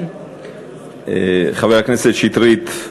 חבר הכנסת שטרית.